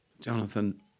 Jonathan